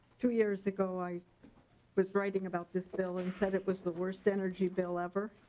two years ago i was writing about this bill and said it was the worst energy bill ever